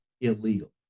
illegal